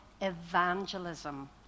evangelism